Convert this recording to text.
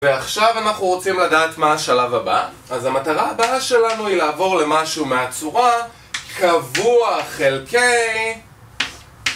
ועכשיו אנחנו רוצים לדעת מה השלב הבא, אז המטרה הבאה שלנו היא לעבור למשהו מהצורה: קבוע חלקי